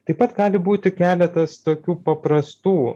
taip pat gali būti keletas tokių paprastų